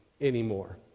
anymore